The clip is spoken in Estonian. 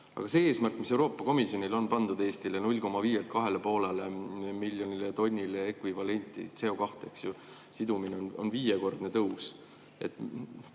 Aga see eesmärk, mis Euroopa Komisjonil on pandud Eestile 0,5 miljonilt 2,5 miljonile tonnile ekvivalenti CO2sidumine, on viiekordne tõus.